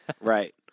Right